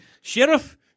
sheriff